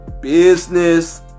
business